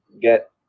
get